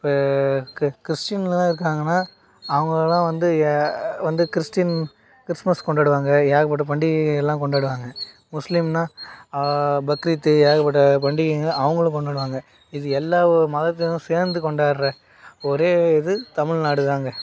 இப்போ கி கிறிஸ்ட்டின்லாம் இருக்காங்கன்னா அவங்களலாம் வந்து வந்து கிறிஸ்ட்டின் கிறிஸ்மஸ் கொண்டாடுவாங்க ஏகப்பட்ட பண்டிகைகலாம் கொண்டாடுவாங்க முஸ்லீம்னா பக்ரீத்து ஏகப்பட்ட பண்டிகைங்க அவங்களும் கொண்டாடுவாங்க இது எல்லா மதத்தினரும் சேர்ந்து கொண்டாடுற ஒரே இது தமிழ் நாடு தாங்க